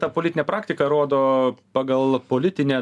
ta politinė praktika rodo pagal politinę